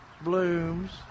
blooms